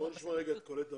נשמע את קולט אביטל,